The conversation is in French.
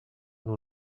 nous